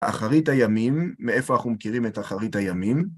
אחרית הימים, מאיפה אנחנו מכירים את אחרית הימים?